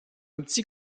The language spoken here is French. petit